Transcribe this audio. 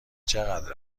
چقدر